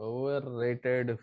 Overrated